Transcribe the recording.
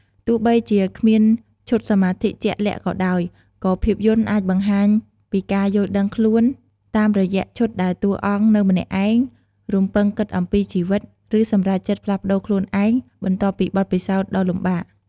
ទោះបីជាគ្មានឈុតសមាធិជាក់លាក់ក៏ដោយ ក៏ភាពយន្តអាចបង្ហាញពីការយល់ដឹងខ្លួនតាមរយៈឈុតដែលតួអង្គនៅម្នាក់ឯង រំពឹងគិតអំពីជីវិត ឬសម្រេចចិត្តផ្លាស់ប្ដូរខ្លួនឯងបន្ទាប់ពីបទពិសោធន៍ដ៏លំបាក។